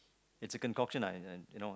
it's a concoction ah in there you know